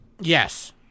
Yes